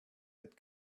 had